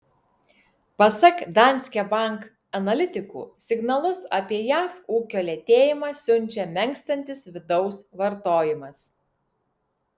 pasak danske bank analitikų signalus apie jav ūkio lėtėjimą siunčia menkstantis vidaus vartojimas